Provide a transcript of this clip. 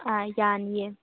ꯑꯥ ꯌꯥꯅꯤꯌꯦ